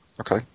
okay